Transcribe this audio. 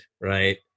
right